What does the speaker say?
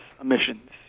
emissions